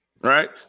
Right